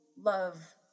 love